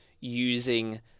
using